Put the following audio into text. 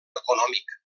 econòmic